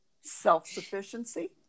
self-sufficiency